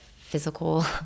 physical